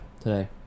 today